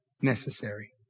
necessary